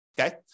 okay